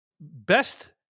best